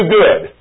good